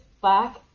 black